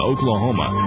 Oklahoma